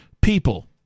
people